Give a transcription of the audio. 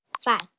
five